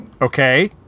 Okay